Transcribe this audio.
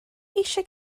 eisiau